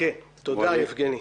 תודה, יגבני.